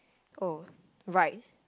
oh right